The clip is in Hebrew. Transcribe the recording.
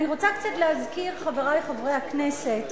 אני רוצה קצת להזכיר, חברי חברי הכנסת,